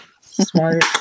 Smart